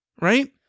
right